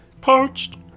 Poached